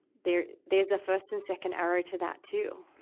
there, there's a first and second arrow to that, too,